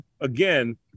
again